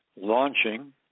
launching